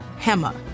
HEMA